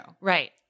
Right